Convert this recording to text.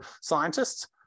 scientists